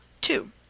two